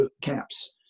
caps